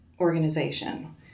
organization